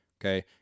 okay